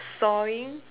sawing